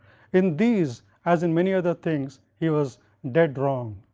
in these as in many other things he was dead wrong.